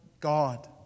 God